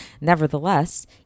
nevertheless